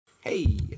Hey